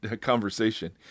conversation